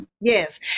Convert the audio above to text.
yes